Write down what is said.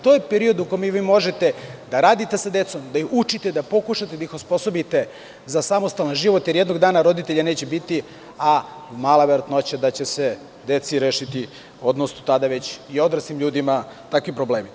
To je period u kome vi možete da radite sa decom, da ih učite, da pokušate da ih osposobite za samostalan život, jer jednog dana roditelja neće biti, a mala verovatnoća da će se deci rešiti, odnosno tada već i odraslim ljudima takvi problemi.